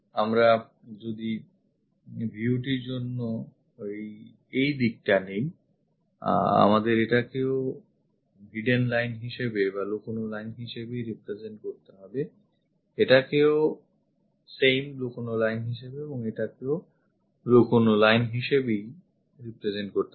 আমরা যদি viewটির জন্য এই দিকটা নিই আমাদের এটাকেও লুকোনো হিসেবে represent করতে হবে এটাকেও লুকোনো হিসেবে এবং এটাকেও লুকোনো হিসেবে represent করতে হবে